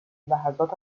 لحظات